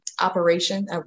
Operation